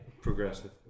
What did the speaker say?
Progressive